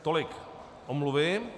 Tolik omluvy.